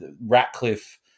Ratcliffe